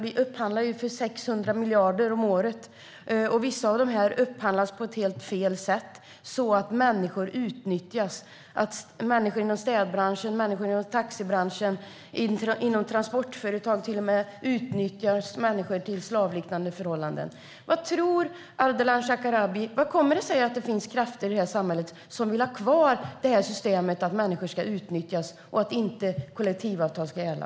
Vi upphandlar för 600 miljarder om året, och vissa upphandlingar sker på helt fel sätt så att människor utnyttjas. Inom städbranschen, taxibranschen och i transportföretag utnyttjas till och med människor under slavliknande förhållanden. Hur tror Ardalan Shekarabi att det kommer sig att det finns krafter i samhället som vill ha kvar det här systemet att människor ska utnyttjas och att kollektivavtal inte ska gälla?